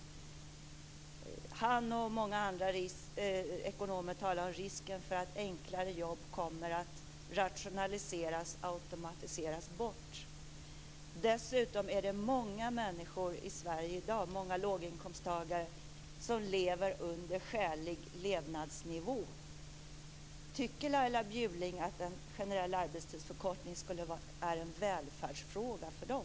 Stefan Fölster och många andra ekonomer talar om risken för att enklare jobb rationaliseras och automatiseras bort. Dessutom är det så att det i dag i Sverige finns många låginkomsttagare som lever under skälig levnadsnivå. Tycker Laila Bjurling att en generell arbetstidsförkortning är en välfärdsfråga för dem?